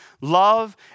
Love